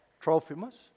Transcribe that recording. Trophimus